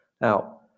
Now